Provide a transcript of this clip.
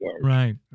Right